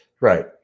right